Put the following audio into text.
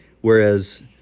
whereas